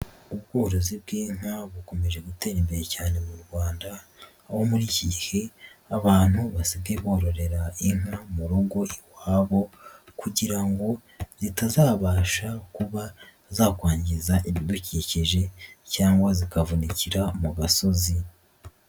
Ubworozi bw'inka bukomeje gutera imbere cyane mu Rwanda, aho muri iki gihe abantu basigaye bororera inka mu rugo iwabo kugira ngo zitazabasha kuba zakwangiza ibidukikije cyangwa zikavunikira mu gasozi.